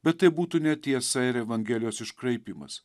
bet tai būtų netiesa ir evangelijos iškraipymas